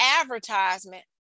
advertisement